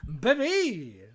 Baby